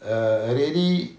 err already